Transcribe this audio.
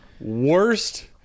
worst